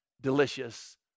delicious